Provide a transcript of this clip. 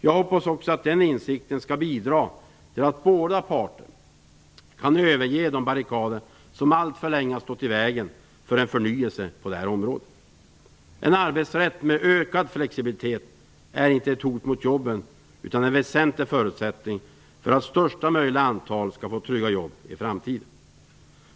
Jag hoppas också att den insikten skall bidra till att båda parter kan överge de barrikader som alltför länge har stått i vägen för en förnyelse på det här området. En arbetsrätt med ökad flexibilitet är inte ett hot mot jobben utan en väsentlig förutsättning för att största möjliga antal skall få trygga jobb i framtiden.